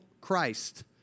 Christ